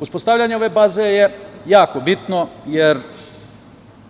Uspostavljanjem ove baze je jako bitno, jer